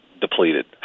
depleted